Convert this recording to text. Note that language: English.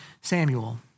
Samuel